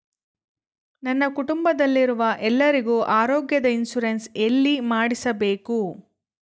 ನನ್ನ ಕುಟುಂಬದಲ್ಲಿರುವ ಎಲ್ಲರಿಗೂ ಆರೋಗ್ಯದ ಇನ್ಶೂರೆನ್ಸ್ ಎಲ್ಲಿ ಮಾಡಿಸಬೇಕು?